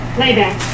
Playback